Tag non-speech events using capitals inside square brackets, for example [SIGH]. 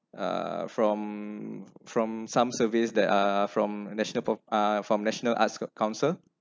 uh from from some surveys that are from national [NOISE] uh from national arts council